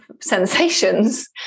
sensations